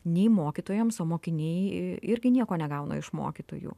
nei mokytojams o mokiniai irgi nieko negauna iš mokytojų